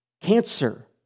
Cancer